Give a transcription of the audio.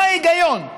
מה ההיגיון?